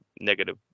negative